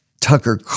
Tucker